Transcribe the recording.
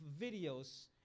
videos